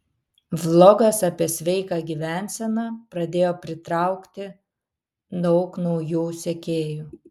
vlogas apie sveiką gyvenseną pradėjo pritraukti daug naujų sekėjų